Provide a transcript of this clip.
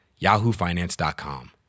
yahoofinance.com